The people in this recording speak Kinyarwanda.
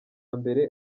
mbere